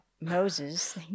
Moses